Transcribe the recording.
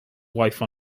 wife